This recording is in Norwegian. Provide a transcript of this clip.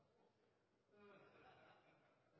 de er